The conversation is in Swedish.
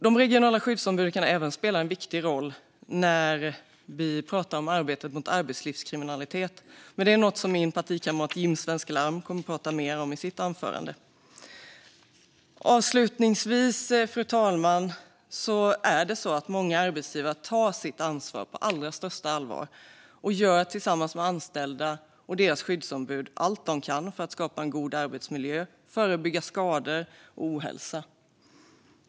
De regionala skyddsombuden kan även spela en viktig roll i arbetet mot arbetslivskriminalitet, något som min partikamrat Jim Svensk Larm kommer att prata mer om i sitt anförande. Avslutningsvis, fru talman, är det många arbetsgivare som tar sitt ansvar på allra största allvar och som tillsammans med de anställda och deras skyddsombud gör allt de kan för att skapa en god arbetsmiljö och förebygga skador och ohälsa.